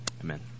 Amen